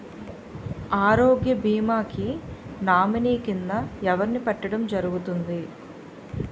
ఆరోగ్య భీమా కి నామినీ కిందా ఎవరిని పెట్టడం జరుగతుంది?